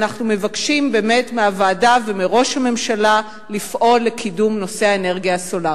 אנחנו מבקשים מהוועדה ומראש הממשלה לפעול לקידום נושא האנרגיה הסולרית.